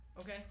Okay